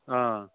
آ